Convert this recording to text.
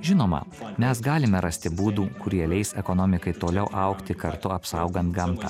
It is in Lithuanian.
žinoma mes galime rasti būdų kurie leis ekonomikai toliau augti kartu apsaugant gamtą